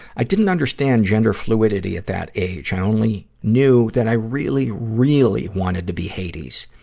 i didn't understand gender fluidity at that age. i only knew that i really, really wanted to be hades.